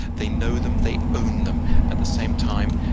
they know them. they own them. at the same time,